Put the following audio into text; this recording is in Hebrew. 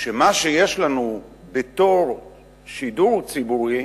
שמה שיש לנו בתור שידור ציבורי,